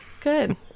Good